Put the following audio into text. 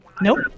Nope